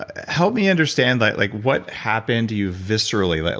ah help me understand like like what happened to you viscerally. like